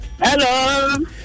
Hello